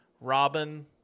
Robin